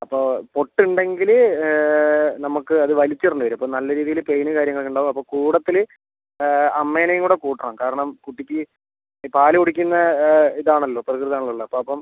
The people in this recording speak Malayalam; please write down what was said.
അപ്പോൾ പൊട്ടൽ ഉണ്ടെങ്കിൽ നമുക്ക് അത് വലിച്ച് ഇടേണ്ടി വരും അപ്പം നല്ല രീതിയിൽ പെയിന് കാര്യങ്ങൾ ഒക്കെ ഉണ്ടാവും അപ്പം കൂട്ടത്തിൽ അമ്മയെയും കൂടെ കൂട്ടണം കാരണം കുട്ടിക്ക് പാൽ കുടിക്കുന്ന ഇതാണല്ലോ പ്രകൃതം ആണല്ലോ അപ്പം